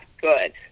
good